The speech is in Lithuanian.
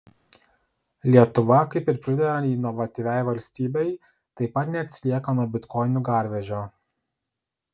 lietuva kaip ir pridera inovatyviai valstybei taip pat neatsilieka nuo bitkoinų garvežio